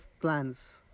plans